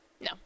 No